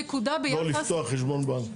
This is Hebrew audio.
נקודה ביחס --- יש גם עוד סיבות לא לפתוח חשבון בנק.